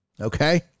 Okay